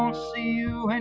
um see you and